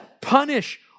punish